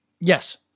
yes